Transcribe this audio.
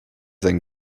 sein